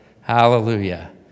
Hallelujah